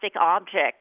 object